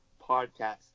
podcast